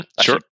Sure